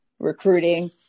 recruiting